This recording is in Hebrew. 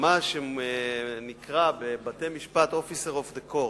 כמה שנקרא בבתי-משפט "officer of the court".